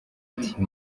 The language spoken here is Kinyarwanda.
iti